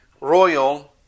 royal